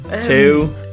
Two